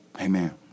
Amen